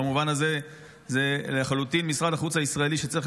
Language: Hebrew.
במובן הזה זה לחלוטין משרד החוץ הישראלי שצריך